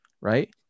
right